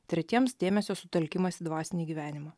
tretiems dėmesio sutelkimas į dvasinį gyvenimą